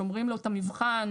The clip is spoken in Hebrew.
שומרים לו את המבחן.